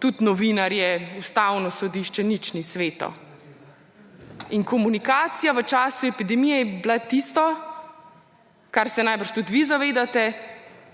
Tudi novinarje, Ustavno sodišče. Nič ni sveto. In komunikacija v času epidemije je bila tisto, česar se najbrž tudi vi zavedate,